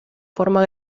forma